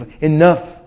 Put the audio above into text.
Enough